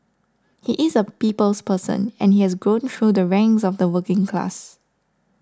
he is a people's person and he has grown through the ranks of the working class